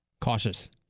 cautious